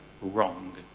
wrong